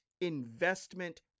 Investment